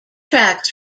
tracks